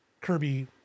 Kirby